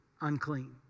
unclean